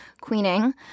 queening